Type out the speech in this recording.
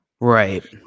right